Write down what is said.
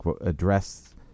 address